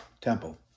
temple